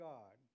God